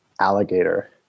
alligator